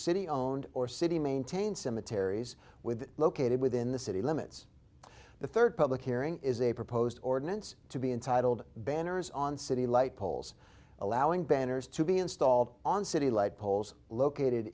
city owned or city maintained cemeteries with located within the city limits the third public hearing is a proposed ordinance to be entitled banners on city light poles allowing banners to be installed on city light poles located